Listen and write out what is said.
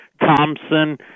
Thompson